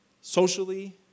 socially